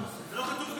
לא כתוב כלום.